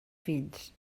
fills